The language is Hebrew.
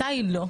מתי לא?